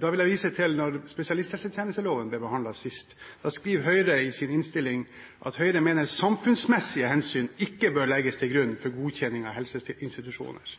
Da vil jeg vise til følgende: Da spesialisthelsetjenesteloven ble behandlet sist, skrev Høyre i sine merknader i innstillingen: «Høyre mener samfunnsmessige hensyn ikke bør legges til grunn for godkjenning av helseinstitusjoner